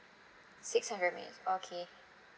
six hundred minutes okay